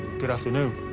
good afternoon.